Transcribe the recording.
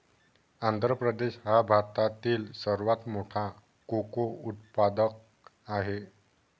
आंध्र प्रदेश हा भारतातील सर्वात मोठा कोको उत्पादक आहे